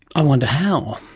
i wonder how?